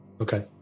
okay